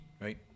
right